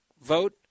vote